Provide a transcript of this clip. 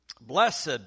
Blessed